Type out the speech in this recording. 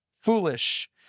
Foolish